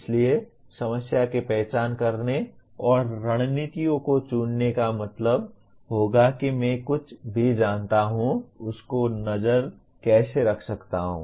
इसलिए समस्या की पहचान करने और रणनीतियों को चुनने का मतलब होगा कि मैं जो कुछ भी जानता हूं उसको नज़र कैसे रख सकता हूं